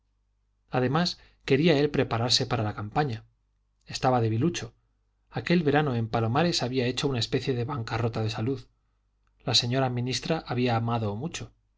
además quería él prepararse para la campaña estaba debilucho aquel verano en palomares había hecho una especie de bancarrota de salud la señora ministra había amado mucho